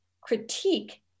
critique